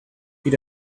eat